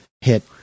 hit